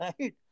right